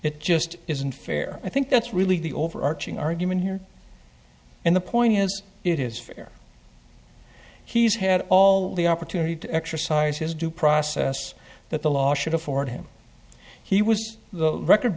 it just isn't fair i think that's really the overarching argument here in the point is it is fair he's had all the opportunity to exercise his due process that the law should afford him he was the record